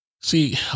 See